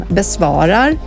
besvarar